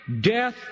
death